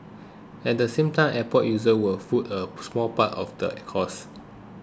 at the same time airport users will foot a small part of the cost